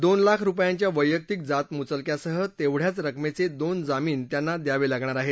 दोन लाख रुपयांच्या वैयक्तीक जात मुचलक्यासह तेवढ्याच रक्कमेचे दोन जामीन त्यांना द्यावे लागणार आहेत